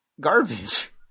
garbage